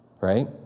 right